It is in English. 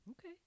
Okay